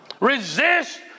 resist